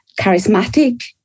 charismatic